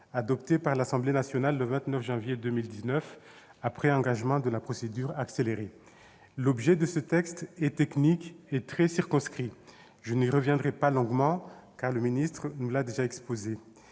adoptée par l'Assemblée nationale le 29 janvier 2019, après engagement de la procédure accélérée. L'objet de ce texte est technique et très circonscrit. Je n'y reviendrai pas longuement, car M. le secrétaire d'État nous l'a déjà exposé